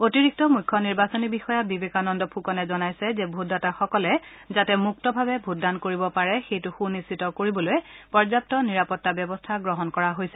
অতিৰিক্ত মুখ্য নিৰ্বাচনী বিষয়া বিবেকানন্দ ফুকনে জনাইছে যে ভোটদাতাসকলে যাতে মুক্তভাৱে ভোটদান কৰিব পাৰে সেইটো সুনিশ্চিত কৰিবলৈ পৰ্যাপ্ত নিৰাপত্তা ব্যৱস্থা গ্ৰহণ কৰা হৈছে